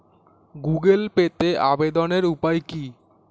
Google পেতে আবেদনের উপায় কি?